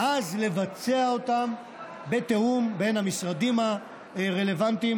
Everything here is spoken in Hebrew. ואז לבצע אותם בתיאום בין המשרדים הרלוונטיים